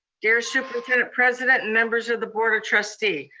dear superintendent-president and members of the board of trustee,